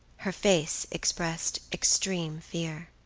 her face expressed extreme fear.